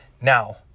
Now